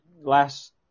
last